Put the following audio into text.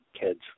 kids